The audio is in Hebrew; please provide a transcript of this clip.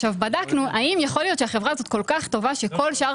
בדקנו האם יכול להיות שהחברה הזו כל כך טובה שכל שאר